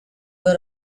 were